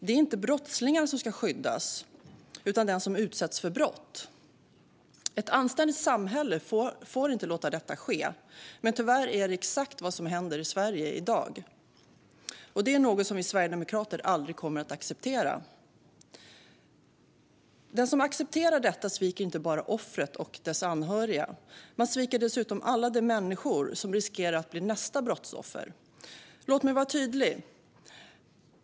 Det är inte brottslingarna som ska skyddas, utan den som utsätts för brott. Ett anständigt samhälle får inte låta detta ske. Men tyvärr är det exakt vad som händer i Sverige i dag, och det är något som vi sverigedemokrater aldrig kommer att acceptera. Den som accepterar detta sviker inte bara offret och dess anhöriga, utan dessutom alla de människor som riskerar att bli nästa brottsoffer. Låt mig vara tydlig.